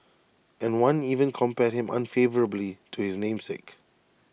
and one even compared him unfavourably to his namesake